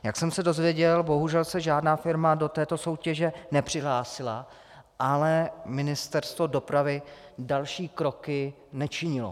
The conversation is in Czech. Jak jsem se dozvěděl, bohužel se žádná firma do této soutěže nepřihlásila, ale Ministerstvo dopravy další kroky v tomto nečinilo.